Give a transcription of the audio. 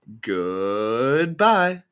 Goodbye